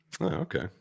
Okay